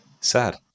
Sad